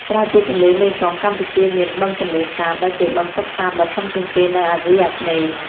ក្រៅពីទន្លេមេគង្គ កម្ពុជាមាន បឹងទន្លេសាប ដែលជាបឹងទឹកសាបដ៏ធំជាងគេនៅអាស៊ីអាគ្នេយ៍។